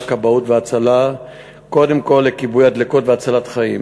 הכבאות וההצלה קודם כול לכיבוי הדלקות והצלת חיים